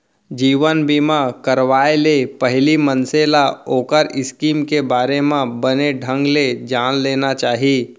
जीवन बीमा करवाय ले पहिली मनसे ल ओखर स्कीम के बारे म बने ढंग ले जान लेना चाही